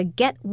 get